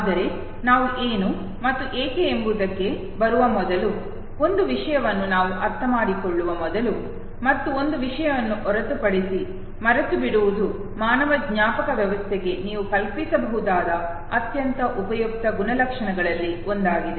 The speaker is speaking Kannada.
ಆದರೆ ನಾವು ಏನು ಮತ್ತು ಏಕೆ ಎಂಬುದಕ್ಕೆ ಬರುವ ಮೊದಲು ಒಂದು ವಿಷಯವನ್ನು ನಾವು ಅರ್ಥಮಾಡಿಕೊಳ್ಳುವ ಮೊದಲು ಮತ್ತು ಒಂದು ವಿಷಯವನ್ನು ಹೊರತುಪಡಿಸಿ ಮರೆತುಬಿಡುವುದು ಮಾನವ ಜ್ಞಾಪಕ ವ್ಯವಸ್ಥೆಗೆ ನೀವು ಕಲ್ಪಿಸಬಹುದಾದ ಅತ್ಯಂತ ಉಪಯುಕ್ತ ಗುಣಲಕ್ಷಣಗಳಲ್ಲಿ ಒಂದಾಗಿದೆ